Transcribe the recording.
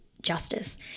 justice